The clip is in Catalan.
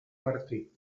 martí